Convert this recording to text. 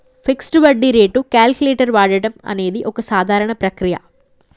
fixed వడ్డీ rate calculator వాడడం అనేది ఒక సాధారణ ప్రక్రియ